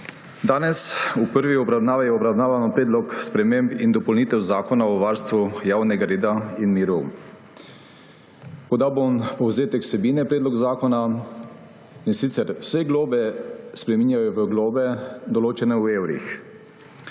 Danes v prvi obravnavi obravnavamo predlog sprememb in dopolnitev Zakona o varstvu javnega reda in miru. Podal bom povzetek vsebine predloga zakona. Vse globe se spreminjajo v globe, določene v evrih.